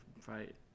fight